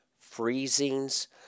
freezings